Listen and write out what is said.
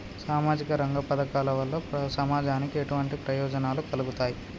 సామాజిక రంగ పథకాల వల్ల సమాజానికి ఎటువంటి ప్రయోజనాలు కలుగుతాయి?